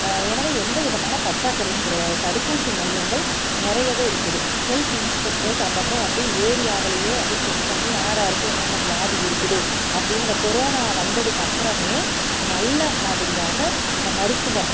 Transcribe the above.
எனவே எந்த விதமான பற்றாக்குறையும் கிடையாது தடுப்பூசி மையங்கள் நிறையவே இருக்குது ஹெல்த் இன்ஸ்பெக்டர்ஸ் அப்போப்போ வந்து ஏரியாவிலயே வந்து செக் பண்ணி யார் யாருக்கு என்னென்ன வியாதி இருக்குது அப்படின்னு இந்த கொரோனா வந்ததுக்கப்புறமே நல்ல மாதிரியாக இந்த மருத்துவம்